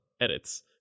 edits